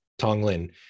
tonglin